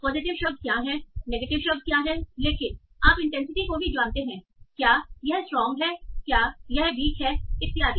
positive शब्द क्या हैं नेगेटिव शब्द क्या हैं लेकिन आप इंटेंसिटी को भी जानते हैं क्या यह स्ट्रांग है क्या यह वीक है इत्यादि